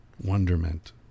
wonderment